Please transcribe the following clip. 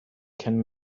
can